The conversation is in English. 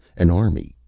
an army,